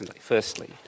firstly